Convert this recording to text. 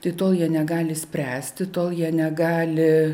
tai tol negali spręsti tol jie negali